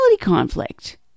conflict